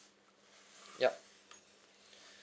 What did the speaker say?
ya